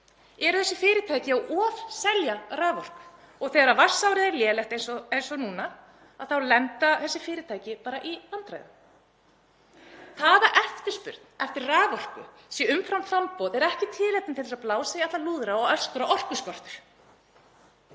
eru þessi fyrirtæki að ofselja raforku og þegar vatnsárið er lélegt eins og núna þá lenda þessi fyrirtæki í vandræðum. Það að eftirspurn eftir raforku sé umfram framboð er ekki tilefni til þess að blása í alla lúðra og öskra um orkuskort.